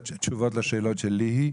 תשובות לשאלות של ליהי,